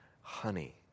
Honey